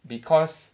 because